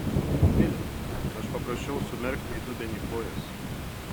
mile aš paprašiau sumerkti į dubenį kojas